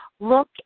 look